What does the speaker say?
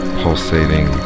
pulsating